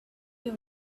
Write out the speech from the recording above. you